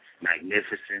magnificent